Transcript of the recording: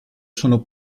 sono